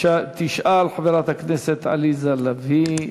תשאל חברת הכנסת עליזה לביא.